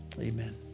Amen